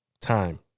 time